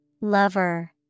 Lover